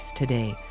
today